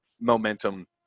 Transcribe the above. momentum